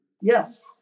Yes